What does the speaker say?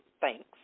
thanks